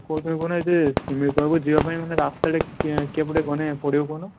କହୁଥିଲି କ'ଣ ନା ଯେ ଶିମିଳିପାଳକୁ ଯିବାପାଇଁ ମାନେ ରାସ୍ତାଟା କେ ପଟେ ଗଲେ ପଡ଼ିବ କହୁନ